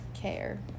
care